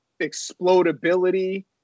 explodability